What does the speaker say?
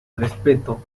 respeto